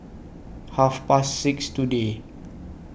Half Past six today